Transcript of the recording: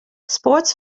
sports